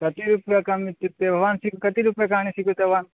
कति रूप्यकम् इत्युक्ते भवान् स्वी कति रूप्यकाणि स्वीकृतवान्